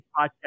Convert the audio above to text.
Podcast